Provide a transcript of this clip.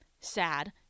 Sad